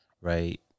right